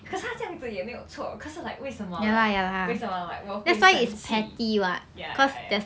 可是他这样子也是没有错可是 like 为什么 like 为什么 like 我会生气 ya ya ya